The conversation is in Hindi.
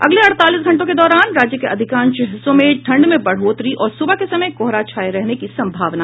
अगले अड़तालीस घंटों के दौरान राज्य के अधिकांश हिस्सों में ठंड में बढ़ोतरी और सुबह के समय कोहरा छाये रहने की संभावना है